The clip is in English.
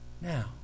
Now